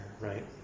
right